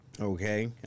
okay